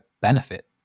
benefit